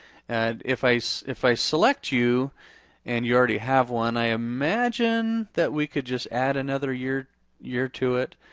and if i so if i select you and you already have one, i imagine that we could just add another year year to it.